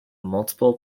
multiple